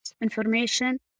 information